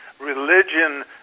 religion